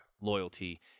loyalty